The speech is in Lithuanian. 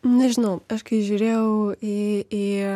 nežinau aš kai žiūrėjau į į